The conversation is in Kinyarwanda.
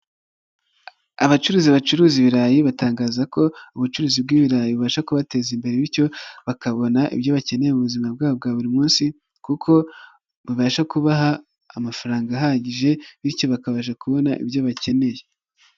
Abacuruzi bacuruza ibirayi batangaza ko ubucuruzi bw'ibirayi bubasha kubateza imbere bityo bakabona ibyo bakeneye mu buzima bwabo bwa buri munsi kuko bubasha kubaha amafaranga ahagije bityo bakabasha kubona ibyo bakeneye.